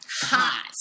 hot